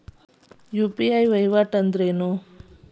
UPI ವಹಿವಾಟ್ ಅಂದ್ರೇನು?